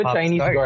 Chinese